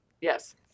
Yes